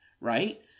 right